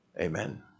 Amen